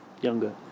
Younger